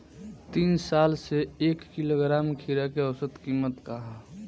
तीन साल से एक किलोग्राम खीरा के औसत किमत का ह?